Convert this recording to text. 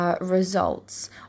results